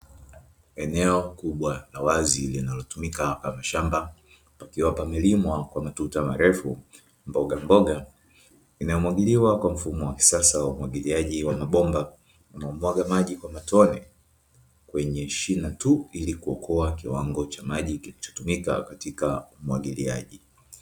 Eneo kubwa la wazi linalotumika kama shamba pakiwa pamelimwa kwa matuta marefu, mbogamboga inayomwagiliwa kwa mfumo wa kisasa wa umwagiliaji wa mabomba unaomwaga maji kwa matone kwenye shina tu ili kuokoa kiwango cha maji kinachotumika katika umwagiliaji.